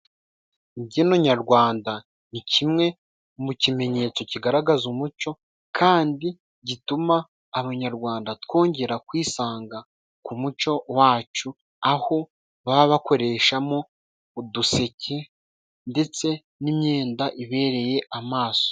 Imbyino nyarwanda ni kimwe mu kimenyetso kigaragaza umuco，kandi gituma abanyarwanda twongera kwisanga ku muco wacu aho baba bakoreshamo uduseke ndetse n'imyenda ibereye amaso.